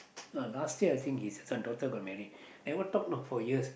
oh last year I think his second daughter got married never talk know for years